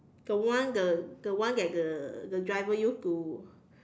the one the the one that the the driver use to